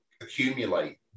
accumulate